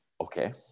okay